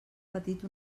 petit